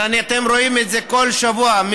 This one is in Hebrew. ואתם רואים את זה כל שבוע,